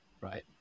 right